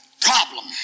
Problem